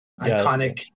iconic